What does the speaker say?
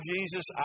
Jesus